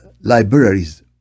libraries